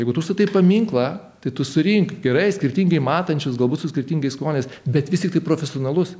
jeigu tu statai paminklą tai tu surink gerai skirtingai matančius galbūt su skirtingais skoniais bet vis tiktai profesionalus